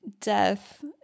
death